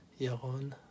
Yaron